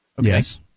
Yes